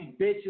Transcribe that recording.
bitches